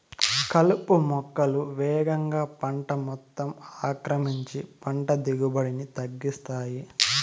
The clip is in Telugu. కలుపు మొక్కలు వేగంగా పంట మొత్తం ఆక్రమించి పంట దిగుబడిని తగ్గిస్తాయి